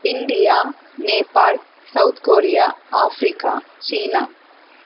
India Nepal South Korea Africa China